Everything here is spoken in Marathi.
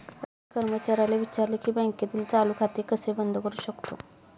राजूने कर्मचाऱ्याला विचारले की बँकेतील चालू खाते कसे बंद करू शकतो?